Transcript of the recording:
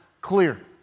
clear